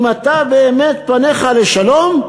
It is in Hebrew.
אם אתה באמת, פניך לשלום,